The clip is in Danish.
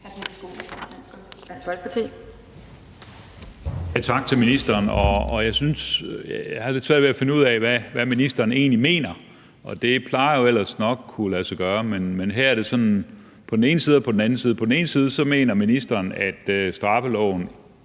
Tak til ministeren. Jeg har lidt svært ved at finde ud af, hvad ministeren egentlig mener, og det plejer ellers nok at kunne lade sig gøre. Men her er det sådan på den ene side og på den anden side. På den ene side mener ministeren, at straffeloven